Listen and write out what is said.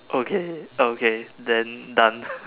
okay ok then done